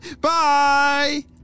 Bye